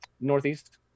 northeast